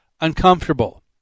uncomfortable